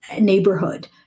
neighborhood